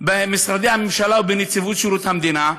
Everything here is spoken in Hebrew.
במשרדי הממשלה ובנציבות שירות המדינה.